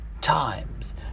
times